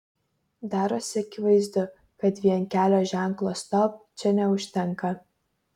darosi akivaizdu kad vien kelio ženklo stop čia neužtenka